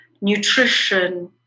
nutrition